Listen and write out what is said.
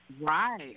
Right